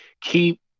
keep